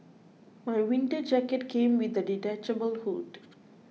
my winter jacket came with a detachable hood